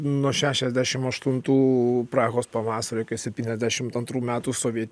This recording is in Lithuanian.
nuo šešiasdešimt aštuntų prahos pavasario iki septyniasdešimt antrų metų sovietų